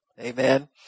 Amen